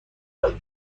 خواهیم